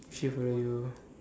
is she following you